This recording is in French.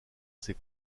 ses